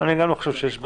אני גם לא חושב שיש באג.